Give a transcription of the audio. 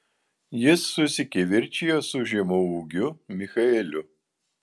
jis susikivirčijo su žemaūgiu michaeliu